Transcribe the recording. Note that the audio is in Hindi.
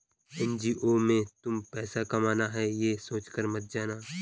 एन.जी.ओ में तुम पैसा कमाना है, ये सोचकर मत जाना